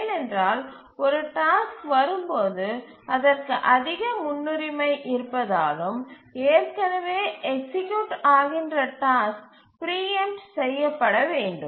ஏனென்றால் ஒரு டாஸ்க் வரும்போது அதற்கு அதிக முன்னுரிமை இருப்பதாலும் ஏற்கனவே எக்சீக்யூட் ஆகின்ற டாஸ்க் பிரீஎம்ட் செய்யப்பட வேண்டும்